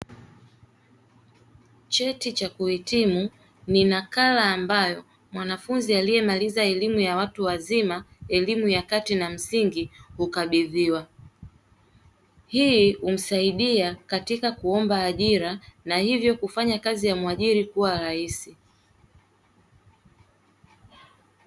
Cheti cha kuhitimu ni nakala ambayo mwanafunzi aliyemaliza elimu ya watu wazima, elimu ya kati na msingi hukabidhiwa. Hii humsaidia katika kuomba ajira na hivyo kufanya kazi ya muajiri kuwa rahisi.